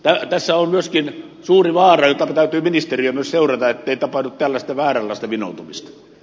tässä on myöskin suuri vaara jota täytyy ministeriön myös seurata ettei tapahdu tällaista vääränlaista vinoutumista